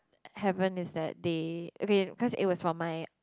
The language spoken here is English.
happen is that they okay because it was for my